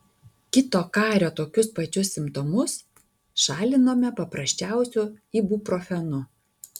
kito kario tokius pačius simptomus šalinome paprasčiausiu ibuprofenu